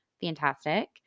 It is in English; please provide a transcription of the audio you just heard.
Fantastic